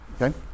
Okay